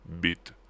bit